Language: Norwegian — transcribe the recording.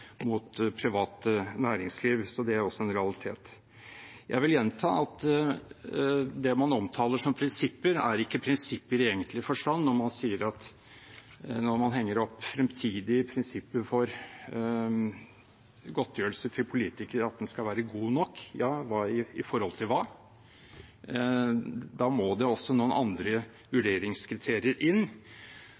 mot privat næringsliv. Det er også en realitet. Jeg vil gjenta at det man omtaler som prinsipper, er ikke prinsipper i egentlig forstand, når man henger opp som fremtidig prinsipp for godtgjørelse til politikere at den skal være god nok. Ja, i forhold til hva? Da må det også noen andre vurderingskriterier inn.